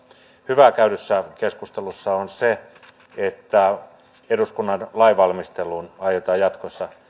hyvää käydyssä keskustelussa on se että eduskunnan lainvalmisteluun aiotaan jatkossa